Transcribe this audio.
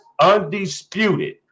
undisputed